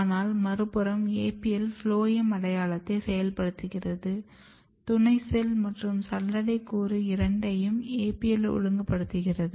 ஆனால் மறுபுறம் APL phloem அடையாளத்தை செயல்படுத்துகிறது துணை செல் மற்றும் சல்லடை கூறு இரண்டையும் APL ஒழுங்குபடுத்துகிறது